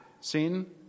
sin